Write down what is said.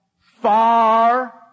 far